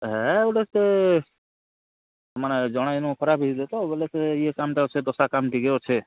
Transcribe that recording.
ହେ ଗୁଟେ ସେ ମାନେ ଜଣେ ଇନୁ ଖରାପ୍ ହେଇ ଯାଇଥିଲେ ତ ବେଲେ ସେ ଇଏ କାମ୍ଟା ସେ ଦଶା କାମ୍ ଟିକେ ଅଛେ